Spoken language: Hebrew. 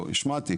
לא, השמעתי.